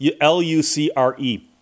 L-U-C-R-E